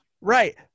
right